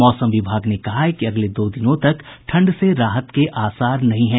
मौसम विभाग ने कहा है कि अगले दो दिनों तक ठंड से राहत के आसार नहीं हैं